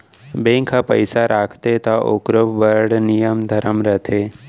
bank ह पइसा राखथे त ओकरो बड़ नियम धरम रथे